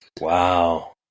Wow